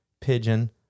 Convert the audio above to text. Pigeon